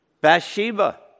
Bathsheba